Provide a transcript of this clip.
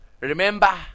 Remember